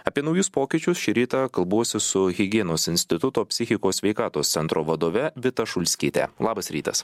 apie naujus pokyčius šį rytą kalbuosi su higienos instituto psichikos sveikatos centro vadove vita šulskyte labas rytas